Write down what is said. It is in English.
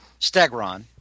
Stegron